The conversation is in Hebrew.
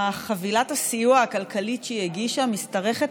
חבילת הסיוע הכלכלי שהיא הגישה משתרכת